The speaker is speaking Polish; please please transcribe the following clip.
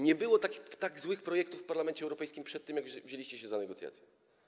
Nie było tak złych projektów w Parlamencie Europejskim przed tym, jak wzięliście się za negocjacje.